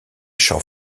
chants